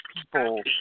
people